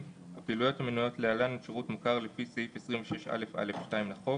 הפעילויות המנויות להלן הן שירות מוכר לפי סעיף 26א(א)(2) לחוק: